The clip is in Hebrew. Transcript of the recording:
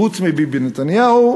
חוץ מביבי נתניהו,